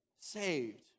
saved